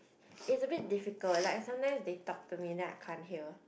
is a bit difficult like at the night they talk to me that I can't hear